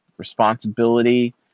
responsibility